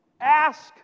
ask